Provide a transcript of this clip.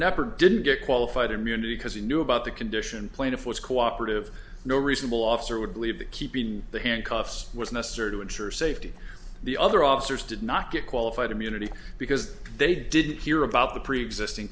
knepper didn't get qualified immunity because he knew about the condition plaintiff was cooperative no reasonable officer would believe that keeping the handcuffs was necessary to ensure safety the other officers did not get qualified immunity because they didn't hear about the preexisting